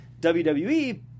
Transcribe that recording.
WWE